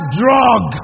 drug